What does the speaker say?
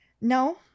no